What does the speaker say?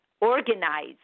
organize